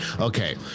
Okay